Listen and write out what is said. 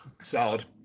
Solid